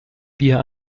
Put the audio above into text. bier